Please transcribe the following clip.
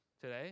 today